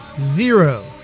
zero